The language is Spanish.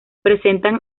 presentan